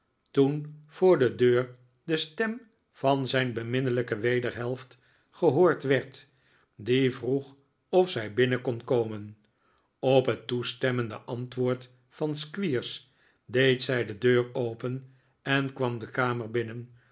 toen voor de deur de stem van zijn beminnelijke wederhelft gehoord werd die vroeg of zij binnen kon komen op het toestemmende antwoord van squeers deed zij de deur opeh en kwam de kamer binnen